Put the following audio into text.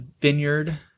Vineyard